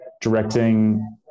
directing